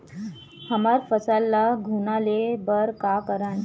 हमर फसल ल घुना ले बर का करन?